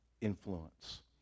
influence